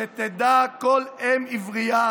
"תדע כל אם עברייה